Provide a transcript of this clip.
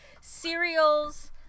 cereals